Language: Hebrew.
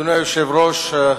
אדוני היושב-ראש,